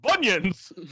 bunions